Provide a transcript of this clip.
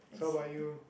so while you